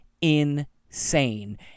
insane